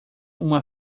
uma